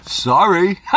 Sorry